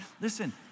Listen